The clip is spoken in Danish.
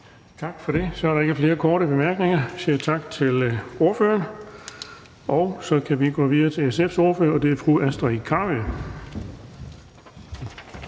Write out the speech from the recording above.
Tak for det. Så er der ikke flere korte bemærkninger, og vi siger tak til ordføreren. Så kan vi gå videre til SF's ordfører, og det er fru Astrid Carøe.